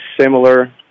similar